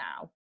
now